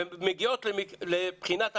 ומגיעות לבחינת העברית,